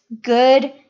good